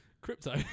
Crypto